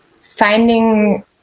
finding